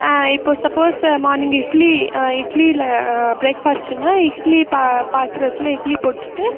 இப்போ suppose morning இட்லி இட்லி இல்லை ப்ரேக்ஃபாஸ்ட்டுன்னால் இட்லி பா பாத்திரத்தில் இட்லி போட்டுவிட்டு